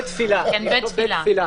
בית תפילה.